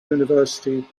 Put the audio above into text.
university